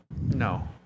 No